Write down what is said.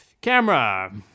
camera